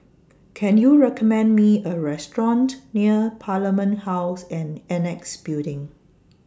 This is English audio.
Can YOU recommend Me A Restaurant near Parliament House and Annexe Building